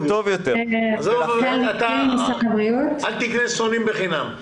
אל תקנה שונאים בחינם.